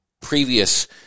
previous